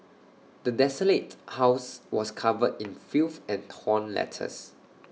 the desolated house was covered in filth and torn letters